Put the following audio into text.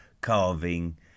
carving